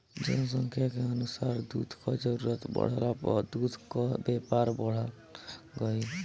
जनसंख्या के अनुसार दूध कअ जरूरत बढ़ला पअ दूध कअ व्यापार बढ़त गइल